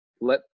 let